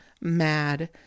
mad